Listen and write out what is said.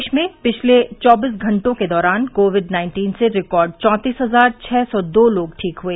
देश में पिछले चौबीस घंटों के दौरान कोविड नाइन्टीन से रिकॉर्ड चौंतीस हजार छः सौ दो लोग ठीक हुए